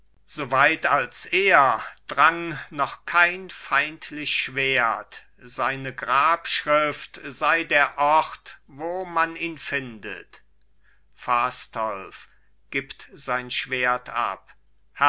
weit als er drang noch kein feindlich schwert seine grabschrift sei der ort wo man ihn findet fastolf gibt sein schwert ab